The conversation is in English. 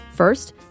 First